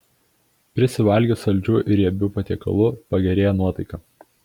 prisivalgius saldžių ir riebių patiekalų pagerėja nuotaika